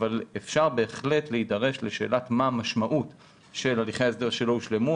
אפשר בהחלט להידרש לשאלת מה המשמעות של הליכי ההסדר שלא הושלמו.